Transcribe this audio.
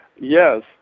Yes